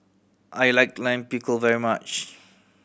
I like Lime Pickle very much